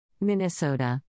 Minnesota